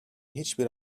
hiçbir